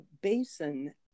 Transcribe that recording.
basin